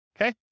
Okay